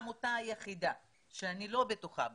אני אשמח מאוד אם זאת תהיה העמותה היחידה ואני לא בטוחה בזה.